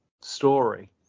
story